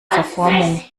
verformung